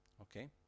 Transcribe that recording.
okay